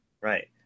Right